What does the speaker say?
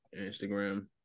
Instagram